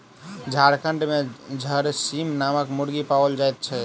झारखंड मे झरसीम नामक मुर्गी पाओल जाइत छै